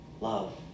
Love